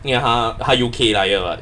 因为她她用 U_K 来的 [what]